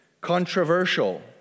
controversial